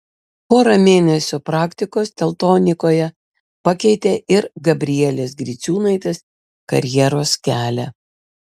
pora mėnesių praktikos teltonikoje pakeitė ir gabrielės griciūnaitės karjeros kelią